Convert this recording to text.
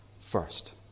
first